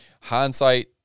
Hindsight